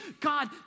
God